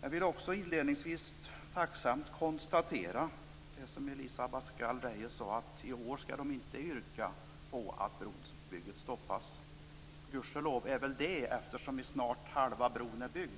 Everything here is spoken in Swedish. Jag vill inledningsvis tacksamt notera det Elisa Abascal Reyes sade om att man i år inte skall yrka på att brobygget stoppas. Gudskelov för det, eftersom snart halva bron är byggd!